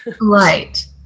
Right